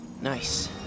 Nice